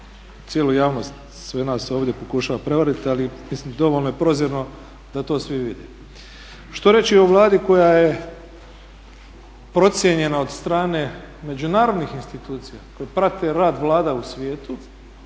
cijelu javnost, sve nas ovdje pokušava prevariti ali mislim dovoljno je prozirno da to svi vidimo. Što reći o Vladi koja je procijenjena od strane međunarodnih institucija koje prate rad vlada u svijetu